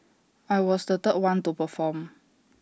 I was the third one to perform